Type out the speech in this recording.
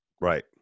Right